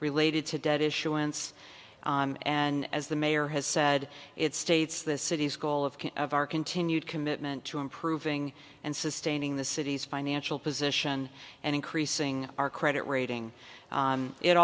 related to debt issuance and as the mayor has said it states the city's goal of of our continued commitment to improving and sustaining the city's financial position and increasing our credit rating